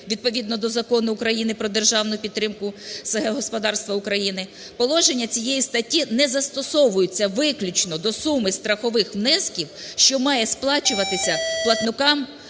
відповідно до Закону України про державну підтримку с/г господарств України, положення цієї статті не застосовується виключно до суми страхових внесків, що має сплачуватися платником